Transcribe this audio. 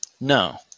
No